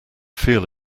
feel